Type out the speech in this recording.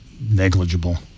negligible